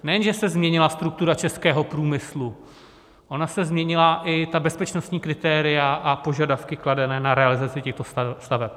Nejen že se změnila struktura českého průmyslu, ona se změnila i bezpečnostní kritéria a požadavky kladené na realizaci těchto staveb.